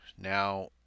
Now